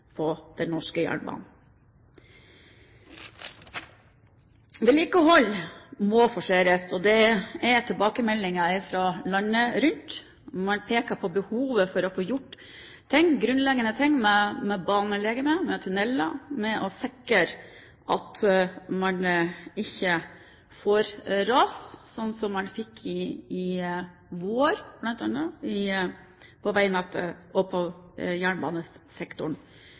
på den norske jernbanen. Vedlikehold må forseres, det er tilbakemeldingene landet rundt. Man peker på behovet for å få gjort grunnleggende ting med banelegemet, med tunneler og med å sikre at man unngår ras, slik man bl.a. fikk i vår, på vei- og jernbanenettet. Da er vedlikehold viktig. Selv om vi alle er utålmodige – og